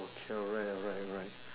okay alright alright alright